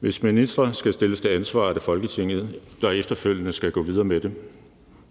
Hvis ministre skal stilles til ansvar, er det Folketinget, der efterfølgende skal gå videre med det.